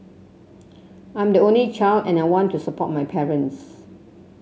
I am the only child and I want to support my parents